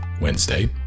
Wednesday